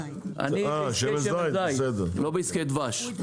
אני בעסקי שמן זית, לא בעסקי דבש.